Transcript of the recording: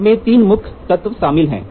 इसमें 3 मुख्य तत्व शामिल हैं